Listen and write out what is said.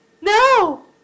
No